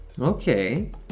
Okay